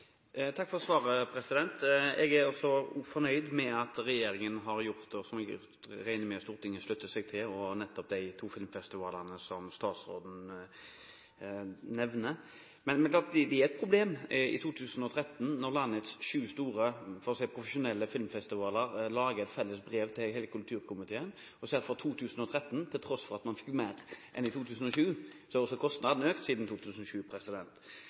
Takk for svaret. Jeg er fornøyd med det regjeringen har gjort, som jeg regner med at Stortinget slutter seg til, når det gjelder de to filmfestivalene som statsråden nevner. Men det er et problem når landets sju store profesjonelle filmfestivaler lager et felles brev til hele kulturkomiteen og sier at for 2013 – til tross for at man får mer enn i 2007, har kostnadene økt siden 2007